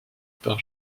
par